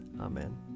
Amen